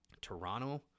Toronto